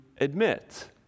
admit